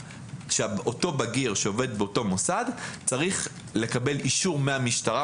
שאותו בגיר שעובד באותו מוסד צריך לקבל אישור מהמשטרה,